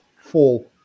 fall